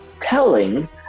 telling